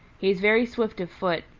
he is very swift of foot.